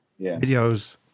videos